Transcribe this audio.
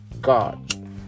God